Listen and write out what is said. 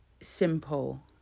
simple